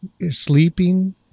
sleeping